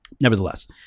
nevertheless